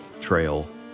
trail